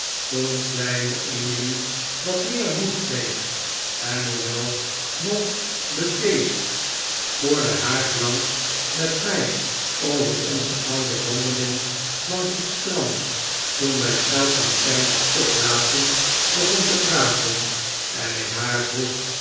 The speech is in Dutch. kleine emily wat meer moed kreeg en hoewel nog bedavid copperfield deesd voor den haard langs met irfij over onze oude wandelingen langs net strand toen wij schelpen en keitjes opraapten begon te praten en ik haar vroeg